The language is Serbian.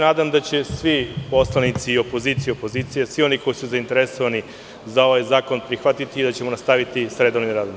Nadam se da će svi poslanici opozicije i pozicije, svi oni koji su zainteresovani za ovaj zakon, prihvatiti i da ćemo nastaviti sa redovnim radom.